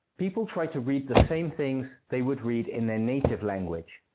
people try to read the same things they would read in their native language.